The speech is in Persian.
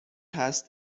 هست